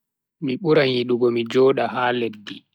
Mi buran yidugo mi joda ha leddi.